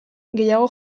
gehiago